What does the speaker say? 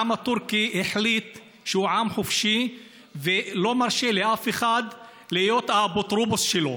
העם הטורקי החליט שהוא עם חופשי ולא מרשה לאף אחד להיות האפוטרופוס שלו.